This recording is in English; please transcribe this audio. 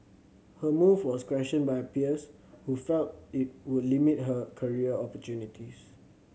her move was questioned by her peers who felt it would limit her career opportunities